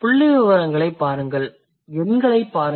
புள்ளிவிவரங்களைப் பாருங்கள் எண்களைப் பாருங்கள்